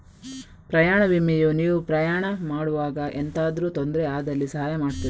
ಪ್ರಯಾಣ ವಿಮೆಯು ನೀವು ಪ್ರಯಾಣ ಮಾಡುವಾಗ ಎಂತಾದ್ರೂ ತೊಂದ್ರೆ ಆದಲ್ಲಿ ಸಹಾಯ ಮಾಡ್ತದೆ